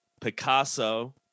picasso